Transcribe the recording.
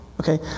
okay